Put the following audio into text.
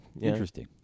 Interesting